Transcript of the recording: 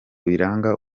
biranga